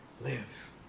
live